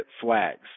flags